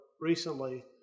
recently